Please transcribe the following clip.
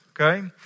Okay